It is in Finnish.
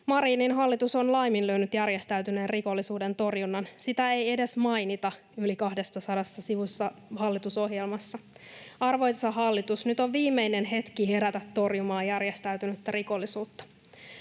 Marinin hallitus on laiminlyönyt järjestäytyneen rikollisuuden torjunnan. Sitä ei edes mainita yli 200-sivuisessa hallitusohjelmassa. Arvoisa hallitus, nyt on viimeinen hetki herätä torjumaan järjestäytynyttä rikollisuutta.